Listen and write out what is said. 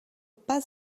pas